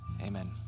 Amen